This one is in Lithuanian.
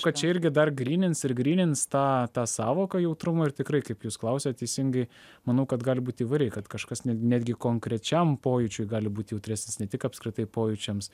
kad čia irgi dar grynins ir grynins tą tą sąvoką jautrumo ir tikrai kaip jūs klausėt teisingai manau kad gali būt įvairiai kad kažkas net netgi konkrečiam pojūčiui gali būt jautresnis ne tik apskritai pojūčiams